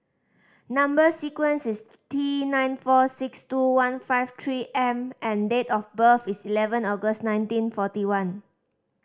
number sequence is T nine four six two one five Three M and date of birth is eleven August nineteen forty one